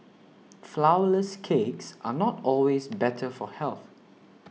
Flourless Cakes are not always better for health